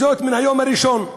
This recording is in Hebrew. מן היום הראשון,